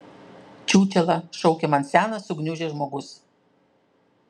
čiūčela šaukia man senas sugniužęs žmogus